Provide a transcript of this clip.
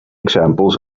examples